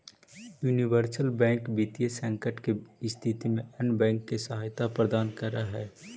universal bank वित्तीय संकट के स्थिति में अन्य बैंक के सहायता प्रदान करऽ हइ